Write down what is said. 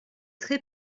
très